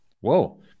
Whoa